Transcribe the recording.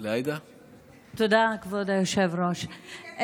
תודה, כבוד היושב-ראש.